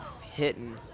hitting